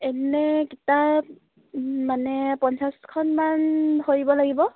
এনেই কিতাপ মানে পঞ্চাছখনমান ধৰিব লাগিব